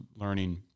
learning –